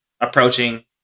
approaching